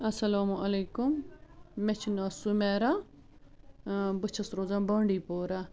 السَلامُ علیکُم مےٚ چھِ ناو سُمیرا بہٕ چھَس روزان بانڈی پورا